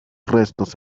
restos